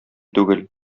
түгел